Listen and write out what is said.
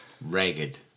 ragged